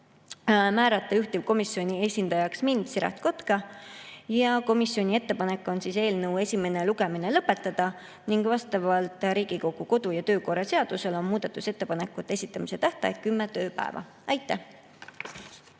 määrata juhtivkomisjoni esindajaks mind, Siret Kotkat, komisjoni ettepanek on eelnõu esimene lugemine lõpetada ning vastavalt Riigikogu kodu‑ ja töökorra seadusele on muudatusettepanekute esitamise tähtaeg kümme tööpäeva. Aitäh!